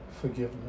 forgiveness